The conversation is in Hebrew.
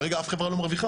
כרגע אף חברה לא מרוויחה.